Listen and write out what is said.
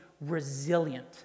resilient